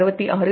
308